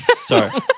sorry